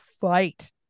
fight